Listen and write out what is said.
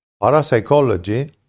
parapsychology